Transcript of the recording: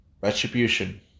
Retribution